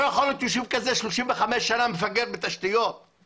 לא יכול שיישוב כזה מפגר בתשתיות במשך 35 שנה.